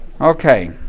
Okay